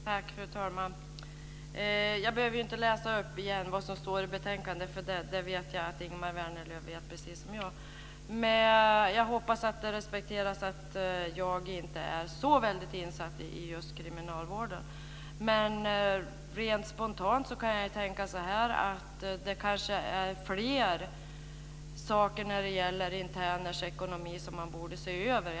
Fru talman! Jag behöver inte återigen läsa upp vad som står i betänkandet, för det vet jag att Ingemar Vänerlöv vet, precis som jag. Jag hoppas att det respekteras att jag inte är så väldigt insatt i just kriminalvården. Men rent spontant tänker jag att det kanske finns fler saker när det gäller interners ekonomi som man borde se över.